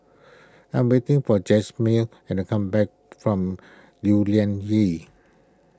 I am waiting for Jasmin and come back from Lew Lian Vale